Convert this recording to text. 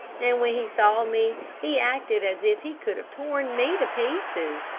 and when he saw me he acted as if he could have torn me to pieces.